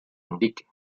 indique